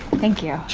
thank you. you